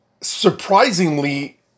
surprisingly